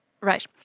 Right